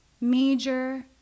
Major